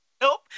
Nope